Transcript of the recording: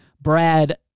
Brad